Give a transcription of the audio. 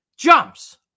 Jumps